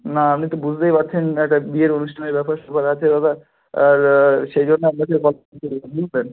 না আপনি তো বুঝতেই পারছেন একটা বিয়ের অনুষ্ঠানের ব্যাপার স্যাপার আছে দাদা আর সেই জন্য আপনাকে কল বুঝলেন